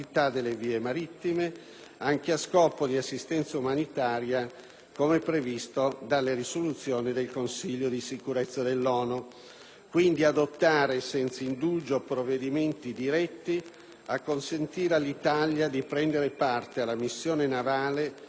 anche a scopo di assistenza umanitaria, come previsto dalle risoluzioni del Consiglio di sicurezza dell'ONU; ad adottare senza indugio provvedimenti diretti a consentire all'Italia di prendere parte alla missione navale dell'Unione europea